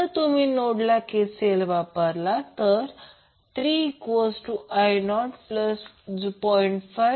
जर तुम्ही नोडला KCL चा वापर केला 3I00